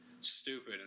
stupid